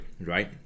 right